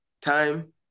time